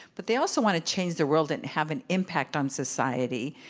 but they also want to change the world and have an impact on society.